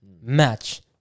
match